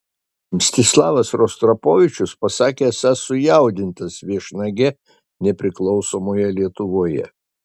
mstislavas rostropovičius pasakė esąs sujaudintas viešnage nepriklausomoje lietuvoje